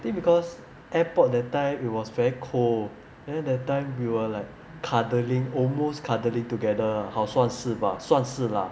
I think because airport that time it was very cold then that time we were like cuddling almost cuddling together 好算是吧算是啦